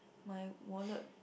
my wallet